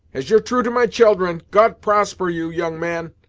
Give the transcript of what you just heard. as you're true to my children, god prosper you, young man!